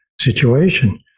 situation